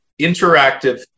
interactive